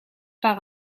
par